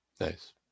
Nice